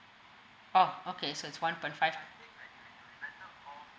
orh okay so it's one point five ah